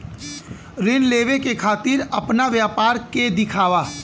ऋण लेवे के खातिर अपना व्यापार के दिखावा?